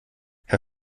herr